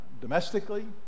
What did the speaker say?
domestically